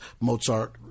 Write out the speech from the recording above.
Mozart